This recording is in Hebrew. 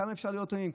כמה אפשר להיות עוינים?